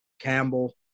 Campbell